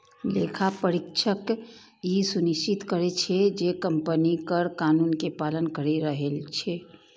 लेखा परीक्षक ई सुनिश्चित करै छै, जे कंपनी कर कानून के पालन करि रहल छै